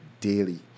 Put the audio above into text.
daily